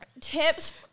Tips